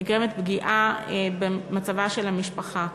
נגרמת פגיעה במצבה של המשפחה.